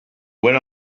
when